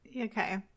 Okay